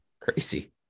crazy